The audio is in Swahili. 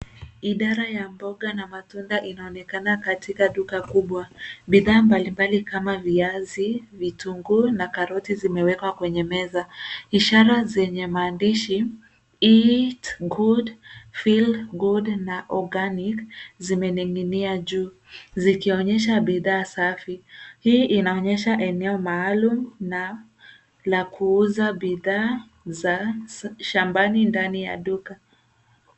Idara ya mboga na matunda inaonekana katika duka kubwa. Bidhaa mbalimbali kama viazi, vitunguu na karoti zimewekwa kwenye meza ishara zenye maandishi eat good feel good na organic zimening'inia juu zikionyesha bidhaa safi. Hii inaonyesha eneo maalumu na la kuuza bidhaa za shambani ndani ya duka.